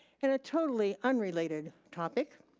in a totally unrelated topic,